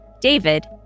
David